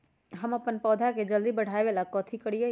हम अपन पौधा के जल्दी बाढ़आवेला कथि करिए?